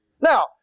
Now